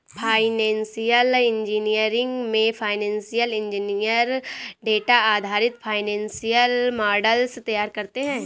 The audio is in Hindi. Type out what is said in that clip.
फाइनेंशियल इंजीनियरिंग में फाइनेंशियल इंजीनियर डेटा आधारित फाइनेंशियल मॉडल्स तैयार करते है